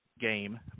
game